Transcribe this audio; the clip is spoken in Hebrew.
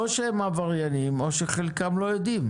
או שהם עבריינים או שחלקם לא יודעים.